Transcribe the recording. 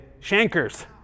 shankers